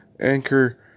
Anchor